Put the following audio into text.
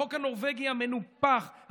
החוק הנורבגי המנופח,